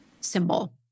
symbol